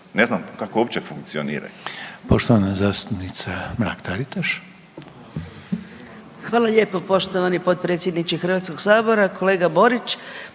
Ne znam kako uopće funkcioniraju.